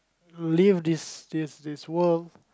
leave this this this world